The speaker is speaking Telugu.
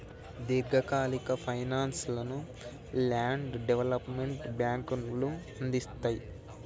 దీర్ఘకాలిక ఫైనాన్స్ ను ల్యాండ్ డెవలప్మెంట్ బ్యేంకులు అందిస్తయ్